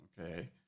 Okay